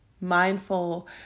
mindful